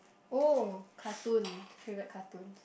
oh cartoon favourite cartoon